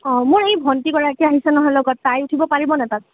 অঁ মোৰ এই ভণ্টিগৰাকী আহিছে নহয় লগত তাই উঠিব পাৰিব নাই তাত